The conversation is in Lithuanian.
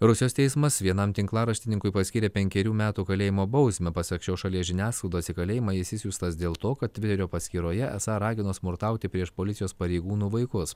rusijos teismas vienam tinklaraštininkui paskyrė penkerių metų kalėjimo bausmę pasak šios šalies žiniasklaidos į kalėjimą jis išsiųstas dėl to kad tviterio paskyroje esą ragino smurtauti prieš policijos pareigūnų vaikus